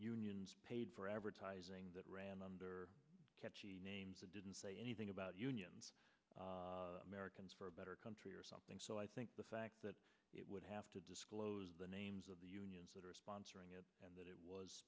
unions paid for advertising that ran under catchy name didn't say anything about unions americans for a better country or something so i think the fact that it would have to disclose the names of the unions that are sponsoring it and that it was